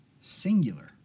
Singular